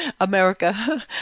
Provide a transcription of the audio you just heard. America